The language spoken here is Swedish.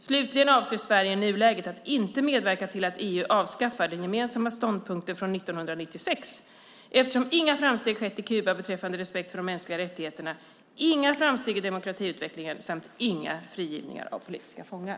Sverige avser inte i nuläget att medverka till att EU avskaffar den gemensamma ståndpunkten från 1996, eftersom inga framsteg har skett i Kuba beträffande respekt för de mänskliga rättigheterna, inga framsteg i demokratiutvecklingen samt inga frigivningar av politiska fångar.